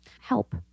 help